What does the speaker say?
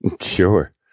Sure